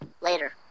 Later